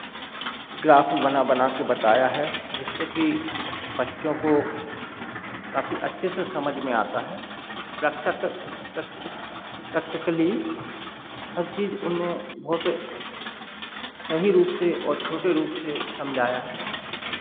graph बना बना के बताया है जिससे कि बच्चों को काफ़ी अच्छे से समझ में आता है प्रक्टक प्रैक्टिक प्रैक्टिकली हर चीज़ उनने बहुत सही रूप से और छोटे रूप से समझाया है